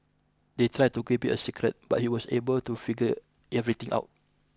they tried to keep it a secret but he was able to figure everything out